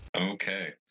Okay